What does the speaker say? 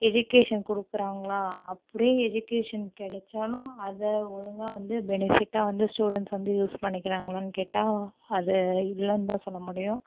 education கொடுக்கறாங்களா அப்படியே education கிடச்சாலும் அத ஒழுங்காக வந்து பெனிஃபிட்டாக வந்து ஸ்டூடண்ட்ஸ் வந்து யூஸ் பண்ணிக்கறாங்களான்னு கேட்டால் அது இல்லைன்னு தான் சொல்ல முடியும்